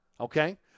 Okay